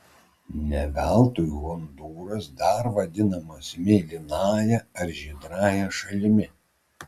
ne veltui hondūras dar vadinamas mėlynąja ar žydrąja šalimi